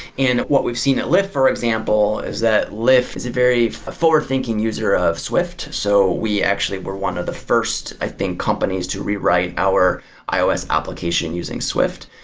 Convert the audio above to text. what we've seen at lyft, for example, is that lyft is a very forward-thinking user of swift. so, we actually were one of the first, i think, companies to rewrite our ios application using swift.